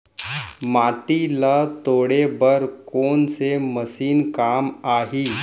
माटी ल तोड़े बर कोन से मशीन काम आही?